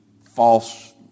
false